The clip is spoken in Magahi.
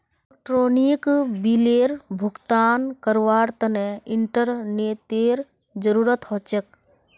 इलेक्ट्रानिक बिलेर भुगतान करवार तने इंटरनेतेर जरूरत ह छेक